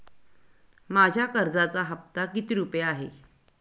माझ्या कर्जाचा हफ्ता किती रुपये आहे?